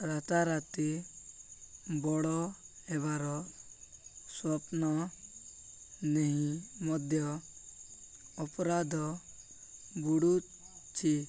ରାତାରାତି ବଡ଼ ହେବାର ସ୍ୱପ୍ନ ନେଇ ମଧ୍ୟ ଅପରାଧ ବଢ଼ୁଛି